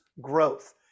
growth